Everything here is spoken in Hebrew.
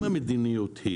אם המדיניות היא